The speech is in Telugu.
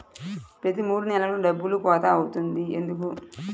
ప్రతి మూడు నెలలకు డబ్బులు కోత అవుతుంది ఎందుకు?